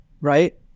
Right